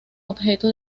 objeto